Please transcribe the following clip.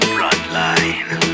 Frontline